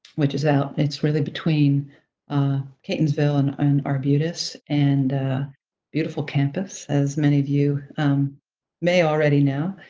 which is out, it's really between catonsville and and arbutus, and beautiful campus, as many of you may already know.